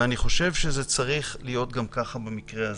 ואני חושב שזה צריך להיות ככה גם במקרה הזה.